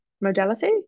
modality